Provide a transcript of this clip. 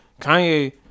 Kanye